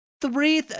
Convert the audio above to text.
Three